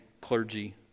clergy